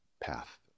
path